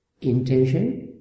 intention